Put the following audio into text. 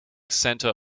center